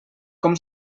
com